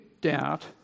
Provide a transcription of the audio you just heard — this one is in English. doubt